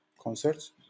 concerts